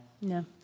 No